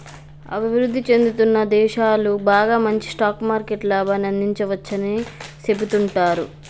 అభివృద్ధి చెందుతున్న దేశాలు బాగా మంచి స్టాక్ మార్కెట్ లాభాన్ని అందించవచ్చని సెబుతుంటారు